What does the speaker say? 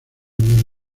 del